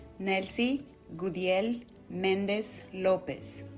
nelsy gudiel mendez lopez